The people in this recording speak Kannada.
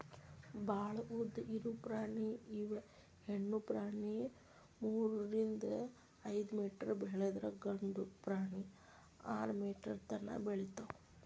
ಭಾಳ ಉದ್ದ ಇರು ಪ್ರಾಣಿ ಇವ ಹೆಣ್ಣು ಪ್ರಾಣಿ ಮೂರರಿಂದ ಐದ ಮೇಟರ್ ಬೆಳದ್ರ ಗಂಡು ಪ್ರಾಣಿ ಆರ ಮೇಟರ್ ತನಾ ಬೆಳಿತಾವ